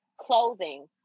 clothing